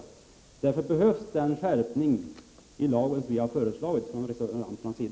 Därför behövs den skärpning av lagen som vi reservanter har föreslagit.